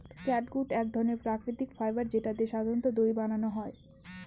catgut এক ধরনের প্রাকৃতিক ফাইবার যেটা দিয়ে সাধারনত দড়ি বানানো হয়